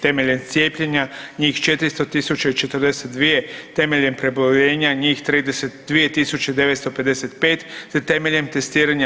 Temeljem cijepljenja, njih 400 042, temeljem preboljenjja njih 32 955 te temeljem testiranja